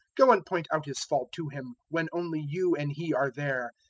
go and point out his fault to him when only you and he are there.